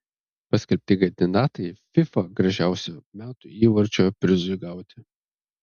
paskelbti kandidatai fifa gražiausio metų įvarčio prizui gauti